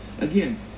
Again